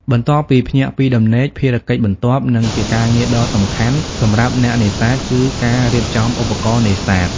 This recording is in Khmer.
បន្ទាប់ពីភ្ញាក់ពីដំណេក ភារកិច្ចបន្ទាប់ និងជាការងារដ៏សំខាន់សម្រាប់អ្នកនេសាទ គឺការរៀបចំឧបករណ៍នេសាទ។